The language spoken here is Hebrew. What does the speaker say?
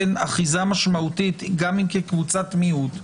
כן אחיזה משמעותית גם אם כקבוצת מיעוט.